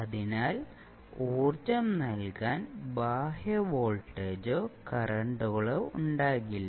അതിനാൽ ഊർജ്ജം നൽകാൻ ബാഹ്യ വോൾട്ടേജോ കറണ്ട്കളോ ഉണ്ടാകില്ല